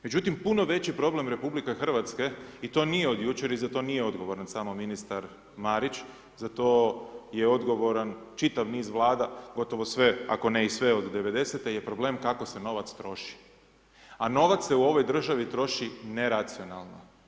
Međutim puno veći problem RH i to nije od jučer i za to nije odgovoran samo ministar Marić, zato je odgovoran čitav niz Vlada, gotovo sve ako ne i sve od 90-te je problem kako se novac troši a novac se u ovoj državi troši neracionalno.